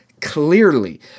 clearly